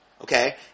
okay